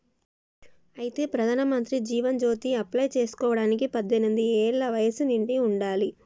అయితే ప్రధానమంత్రి జీవన్ జ్యోతి అప్లై చేసుకోవడానికి పద్దెనిమిది ఏళ్ల వయసు నిండి ఉండాలి